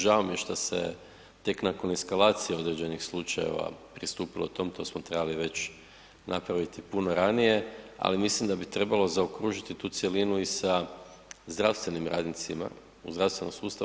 Žao mi je što se tek nakon eskalacije određenih slučajeva pristupilo tom, to smo trebali već napraviti puno ranije, ali mislim da bi trebalo zaokružiti tu cjelinu i sa zdravstvenim radnicima u zdravstvenom sustavu.